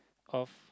of